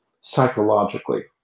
psychologically